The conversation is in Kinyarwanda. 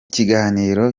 kiganiro